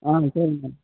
ஆ சரிங் மேம்